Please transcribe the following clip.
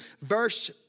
verse